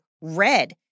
red